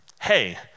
hey